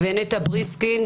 נטע בריסקין,